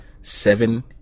seven